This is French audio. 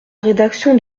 rédaction